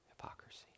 Hypocrisy